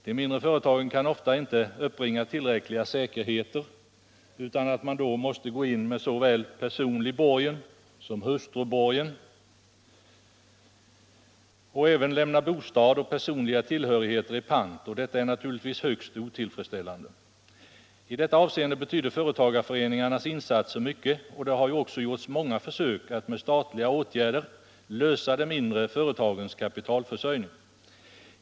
De mindre företagen kan ofta inte uppbringa tillräckliga säkerheter utan att gå in med såväl personlig borgen som hustruborgen och även lämna bostad och personliga tillhörigheter i pant. Det är naturligtvis högst otillfredsställande. I detta avseende betyder företagareföreningarnas insatser mycket, och det har också gjorts många försök att med statliga åtgärder förbättra de mindre företagens kapitalförsörjning.